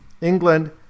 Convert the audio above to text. England